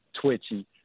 twitchy